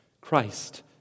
Christ